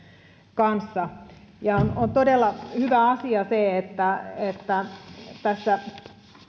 kanssa on todella hyvä asia se että tässä